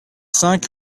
cinq